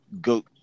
go